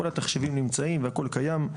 כל התחשיבים נמצאים והכל קיים.